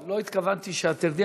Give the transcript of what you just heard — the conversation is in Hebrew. ואז נתחיל מההתחלה?